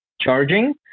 charging